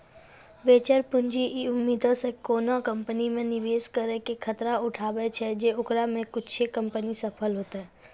venture पूंजी इ उम्मीदो से कोनो कंपनी मे निवेश करै के खतरा उठाबै छै जे ओकरा मे कुछे कंपनी सफल होतै